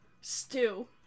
Stew